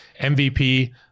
mvp